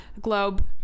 globe